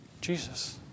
Jesus